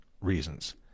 reasons